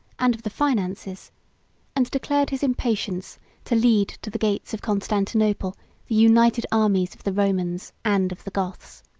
and of the finances and declared his impatience to lead to the gates of constantinople the united armies of the romans and of the goths.